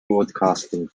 broadcasting